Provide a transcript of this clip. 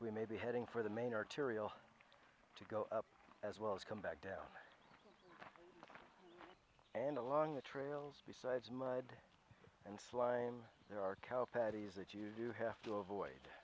we may be heading for the main arterial to go up as well as come back down and along the trails besides mud and slime there are cow patties that you have to avoid